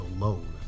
alone